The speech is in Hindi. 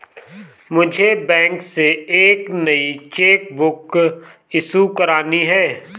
मुझे बैंक से एक नई चेक बुक इशू करानी है